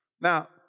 Now